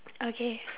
okay